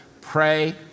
Pray